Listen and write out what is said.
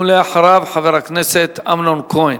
ואחריו, חבר הכנסת אמנון כהן.